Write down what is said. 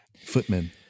footmen